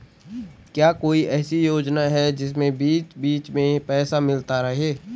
क्या कोई ऐसी योजना है जिसमें बीच बीच में पैसा मिलता रहे?